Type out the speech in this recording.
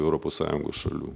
europos sąjungos šalių